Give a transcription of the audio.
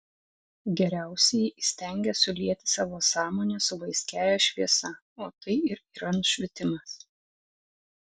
geriausieji įstengia sulieti savo sąmonę su vaiskiąja šviesa o tai ir yra nušvitimas